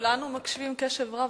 כולנו מקשיבים בקשב רב